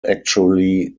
actually